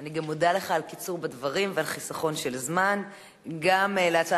אני מודה לך על קיצור בדברים וגם על חיסכון בזמן.